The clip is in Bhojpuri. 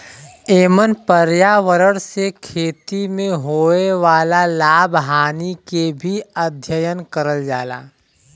एमन पर्यावरण से खेती में होए वाला लाभ हानि के भी अध्ययन करल जाला